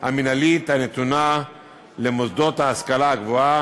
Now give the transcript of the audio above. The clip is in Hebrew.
המינהלית הנתונה למוסדות ההשכלה הגבוהה,